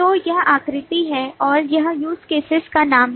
तो यह आकृति है और यह use cases का नाम है